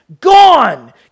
Gone